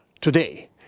today